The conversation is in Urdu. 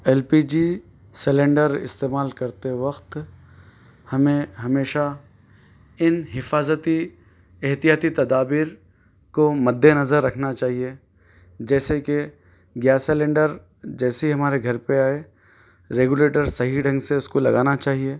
ایل پی جی سلینڈر استعمال کرتے وقت ہمیں ہمیشہ ان حفاظتی احتیاطی تدابیر کو مدنظر رکھنا چاہیے جیسے کہ گیس سلینڈر جیسے ہی ہمارے گھر پہ آئے ریگولیٹر صحیح ڈھنگ سے اس کو لگانا چاہیے